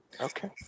Okay